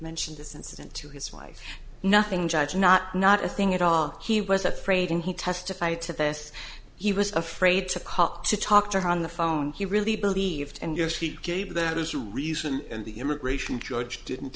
mentioned this incident to his wife nothing judge not not a thing at all he was afraid and he testified to this he was afraid to cop to talk to her on the phone he really believed and yes he gave that as reason and the immigration judge didn't